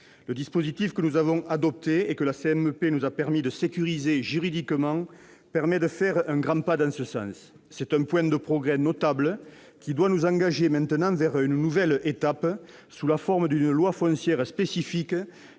Le dispositif que nous avons adopté et que la commission mixte paritaire nous a permis de sécuriser juridiquement aide à faire un grand pas dans ce sens. C'est un point de progrès notable, qui doit nous engager maintenant vers une nouvelle étape, sous la forme d'une loi foncière spécifique